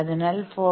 അതിനാൽ 4